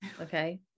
Okay